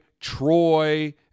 Troy